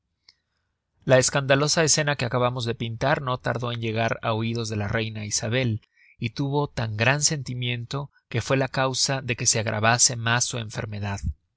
la escandalosa escena que acabamos de pintar no tardó en llegar á oidos de la reina isabel y tuvo tan gran sentimiento que fue la causa de que se agravase mas su enfermedad